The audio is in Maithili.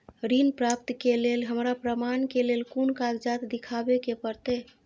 ऋण प्राप्त के लेल हमरा प्रमाण के लेल कुन कागजात दिखाबे के परते?